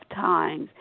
times